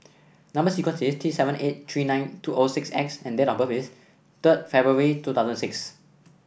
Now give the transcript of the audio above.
number sequence is T seven eight three nine two O six X and date of birth is third February two thosuand six